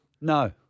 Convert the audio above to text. No